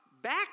Back